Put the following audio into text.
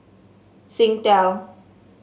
singtel